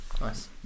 nice